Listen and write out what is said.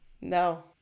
No